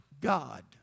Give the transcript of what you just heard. God